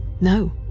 No